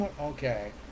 Okay